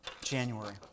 January